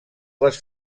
les